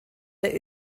der